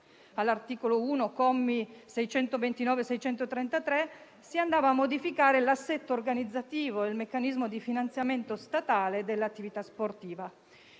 all'articolo 1, commi 629 e 633, si andava a modificare l'assetto organizzativo e il meccanismo di finanziamento statale dell'attività sportiva.